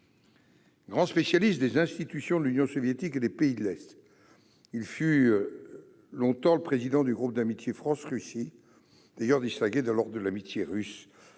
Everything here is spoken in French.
Grand spécialiste des institutions de l'Union soviétique et des pays de l'Est, il fut longtemps le président du groupe d'amitié France-Russie, distingué dans l'ordre de l'Amitié russe